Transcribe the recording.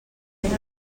ben